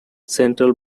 central